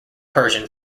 persian